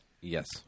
Yes